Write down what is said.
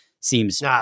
seems